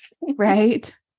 right